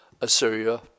Assyria